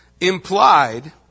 implied